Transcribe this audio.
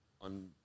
on